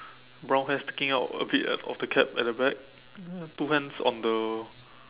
brown hair sticking out a bit uh of the cap at the back two hands on the